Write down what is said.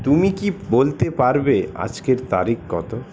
তুমি কি বলতে পারবে আজকের তারিখ কত